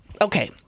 Okay